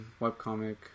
webcomic